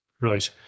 Right